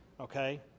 Okay